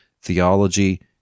Theology